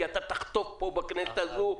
כי אתה תחטוף פה בכנסת הזו.